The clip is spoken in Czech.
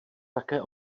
také